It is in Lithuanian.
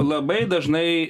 labai dažnai